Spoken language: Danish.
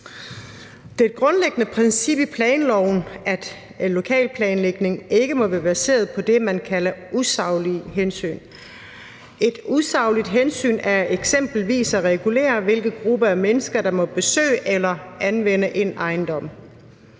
Det grundlæggende princip i planloven er, at lokal planlægning ikke må være baseret på det, man kalder usaglige hensyn. Et usagligt hensyn er eksempelvis at regulere, hvilke grupper af mennesker der må besøge eller anvende en ejendom.